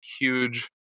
huge